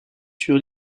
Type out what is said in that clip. sur